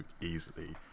easily